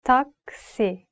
Taxi